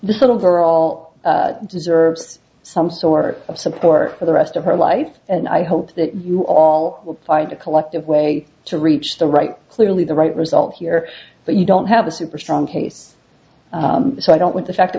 this little girl deserves some sort of support for the rest of her life and i hope that you all will find a collective way to reach the right clearly the right result here but you don't have a super strong case so i don't like the fact that